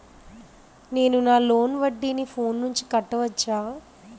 నేను నా లోన్ వడ్డీని ఫోన్ నుంచి కట్టవచ్చా?